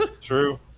True